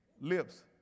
lips